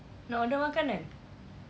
nak order makanan